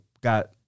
got